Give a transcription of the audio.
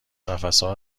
قفسهها